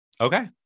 Okay